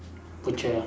butcher